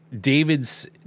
David's